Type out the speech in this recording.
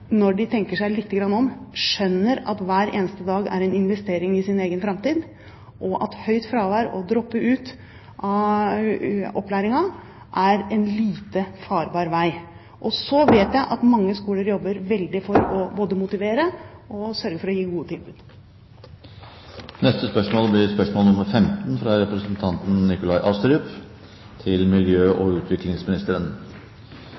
når de tenker seg litt om, skjønner at hver eneste dag er en investering i egen framtid, og at høyt fravær og å droppe ut av opplæringen er en lite farbar vei. Jeg vet også at mange skoler jobber veldig for både å motivere og å sørge for å gi gode tilbud. Vi går da til spørsmål 15, fra representanten Nikolai Astrup til miljø-